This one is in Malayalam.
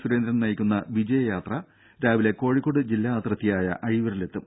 സുരേന്ദ്രൻ നയിക്കുന്ന വിജയ യാത്ര രാവിലെ കോഴിക്കോട് ജില്ലാ അതിർത്തിയായ അഴിയൂരിലെത്തും